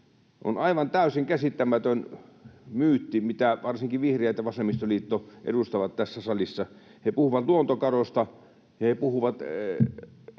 on aivan täysin käsittämätön myytti, mitä varsinkin vihreät ja vasemmistoliitto edustavat tässä salissa. He puhuvat luontokadosta, ja he puhuvat